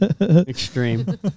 Extreme